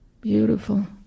beautiful